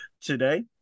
today